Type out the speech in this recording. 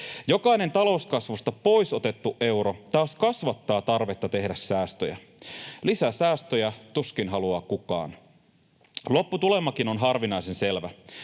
Jokainen talouskasvusta pois otettu euro taas kasvattaa tarvetta tehdä säästöjä. Lisäsäästöjä tuskin haluaa kukaan. Lopputulemakin on harvinaisen selvä: